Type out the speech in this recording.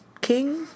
king